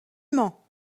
mens